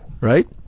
Right